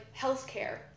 healthcare